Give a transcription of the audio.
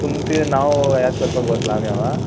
तुम तुजे नांव याद करपाक बसलां आमी हांगा